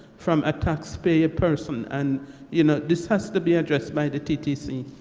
from a taxpayer person. and you know this has to be addressed by the ttc.